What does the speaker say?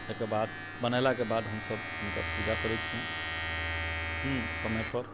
एहिके बाद बनेलाके बाद हमसब हुनका पूजा करै छिअनि समयपर चलू आब